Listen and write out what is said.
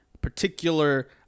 particular